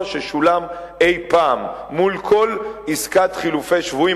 ששולם אי-פעם מול כל עסקת חילופי שבויים,